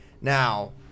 Now